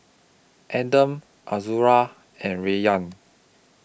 Adam Azura and Rayyan